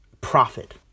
profit